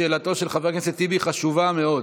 שאלתו של חבר הכנסת טיבי היא חשובה מאוד.